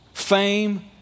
Fame